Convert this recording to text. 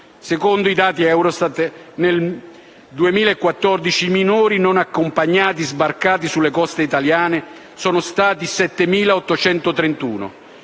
Secondo i dati Eurostat, nel 2014 i minori non accompagnati sbarcati sulle coste italiane sono stati 7.831